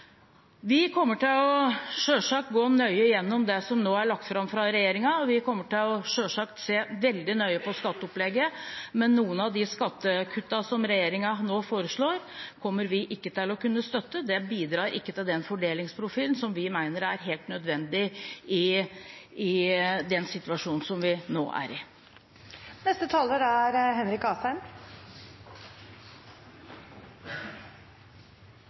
Vi kommer selvsagt til å gå nøye gjennom det som nå er lagt fram fra regjeringen, og vi kommer selvsagt til å se veldig nøye på skatteopplegget, men noen av skattekuttene som regjeringen nå foreslår, kommer vi ikke til å kunne støtte. Det bidrar ikke til den fordelingsprofilen vi mener er helt nødvendig i den situasjonen vi nå er i. Finansministeren har i dag presentert et budsjett som er